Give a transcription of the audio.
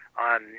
on